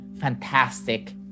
fantastic